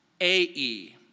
A'e